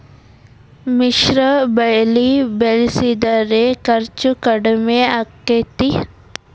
ಮಿಶ್ರ ಬೆಳಿ ಬೆಳಿಸಿದ್ರ ಖರ್ಚು ಕಡಮಿ ಆಕ್ಕೆತಿ?